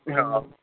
हा